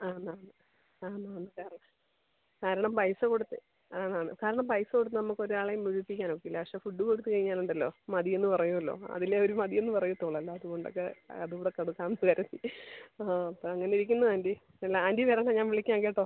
ആന്ന് ആന്ന് ആന്ന് ആന്ന് കാരണം കാരണം പൈസ കൊടുത്ത് ആന്ന് ആന്ന് കാരണം പൈസ കൊടുത്ത് നമുക്ക് ഒരു ആളെയും വിളിപ്പിക്കാനൊക്കില്ല പക്ഷെ ഫുഡ് കൊടുത്ത് കഴിഞ്ഞാലുണ്ടല്ലോ മതിയെന്ന് പറയുമല്ലോ അതിലൊരു മതിയെന്ന് പറയത്തുള്ളല്ലോ അതുകൊണ്ടൊക്കെ അതുകൂടെ കൊടുക്കാം എന്ന് കരുതി ആ അപ്പോൾ അങ്ങനെ ഇരിക്കുന്നു ആൻറ്റി അല്ല ആൻറ്റി വരണം ഞാൻ വിളിക്കാം കേട്ടോ